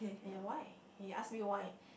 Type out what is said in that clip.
and why he asked me why